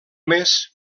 més